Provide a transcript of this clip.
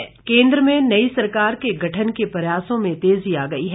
सरकार गठन केन्द्र में नई सरकार के गठन के प्रयासों में तेजी आ गई है